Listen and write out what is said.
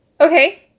Okay